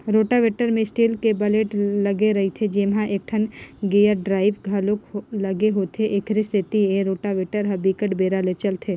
rotavator म steel के blade लगे रहिथे जेमा एकठन गेयर ड्राइव घलोक लगे होथे, एखरे सेती ए रोटावेटर ह बिकट बेरा ले चलथे